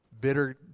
bitter